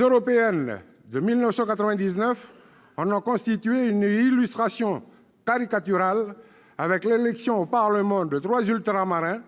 européennes de 1999 en ont constitué une illustration caricaturale, avec l'élection au Parlement de trois Ultramarins